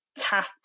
cat